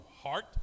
heart